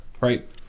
right